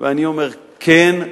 ואני אומר: כן,